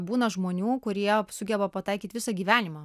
būna žmonių kurie sugeba pataikyt visą gyvenimą